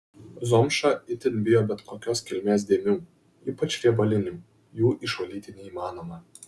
zomša itin bijo bet kokios kilmės dėmių ypač riebalinių jų išvalyti neįmanoma